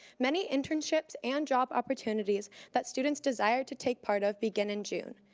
many internships and job opportunities that students desire to take part of begin in june.